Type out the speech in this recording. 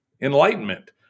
Enlightenment